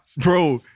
Bro